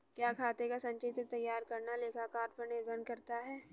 क्या खाते का संचित्र तैयार करना लेखाकार पर निर्भर करता है?